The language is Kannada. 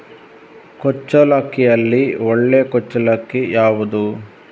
ಕುಚ್ಚಲಕ್ಕಿಯಲ್ಲಿ ಒಳ್ಳೆ ಕುಚ್ಚಲಕ್ಕಿ ಯಾವುದು?